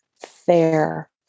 fair